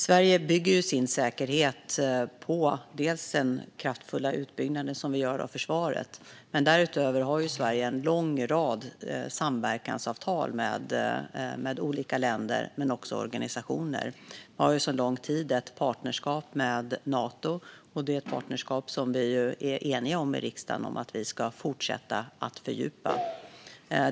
Sverige bygger sin säkerhet delvis på den kraftfulla utbyggnad av försvaret som vi gör, men därutöver har Sverige en lång rad samverkansavtal med olika länder och organisationer. Vi har sedan lång tid ett partnerskap med Nato, och det är ett partnerskap vi i riksdagen är eniga om att vi ska fortsätta fördjupa.